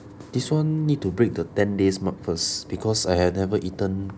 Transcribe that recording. this [one] need to break the ten day's mark first because I have never eaten